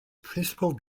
principal